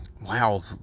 wow